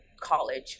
college